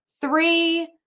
three